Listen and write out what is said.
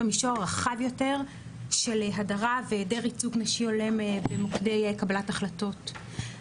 במישור רחב יותר של הדרה והעדר ייצוג נשים הולם במוקדי קבלת החלטות.